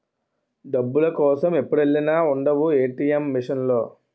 డబ్బుల కోసం ఎప్పుడెల్లినా ఉండవు ఏ.టి.ఎం మిసన్ లో